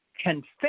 confess